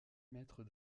mètres